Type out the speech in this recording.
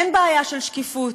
אין בעיה של שקיפות.